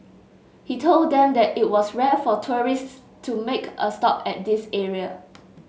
he told them that it was rare for tourists to make a stop at this area